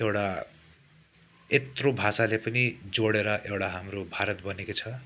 एउटा यत्रो भाषाले पनि जोडर एउटा हाम्रो भारत त बनेको छ